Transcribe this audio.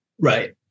Right